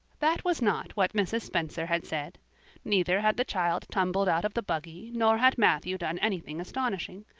that was not what mrs. spencer had said neither had the child tumbled out of the buggy nor had matthew done anything astonishing.